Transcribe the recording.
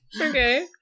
okay